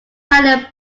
italian